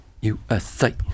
USA